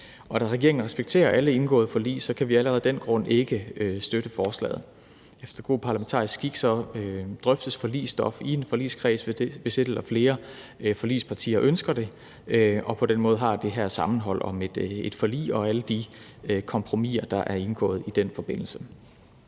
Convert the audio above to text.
da regeringen respekterer alle indgåede forlig, kan vi allerede af den grund ikke støtte forslaget. Efter god parlamentarisk skik drøftes forligsstof i en forligskreds, hvis et eller flere forligspartier ønsker det og på den måde har det her sammenhold om et forlig og alle de kompromiser, der er indgået i den forbindelse.